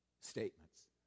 statements